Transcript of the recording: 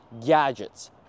gadgets